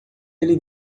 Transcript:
ele